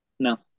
No